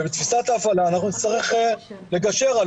ובתפיסת ההפעלה נצטרך לגשר על